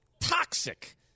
toxic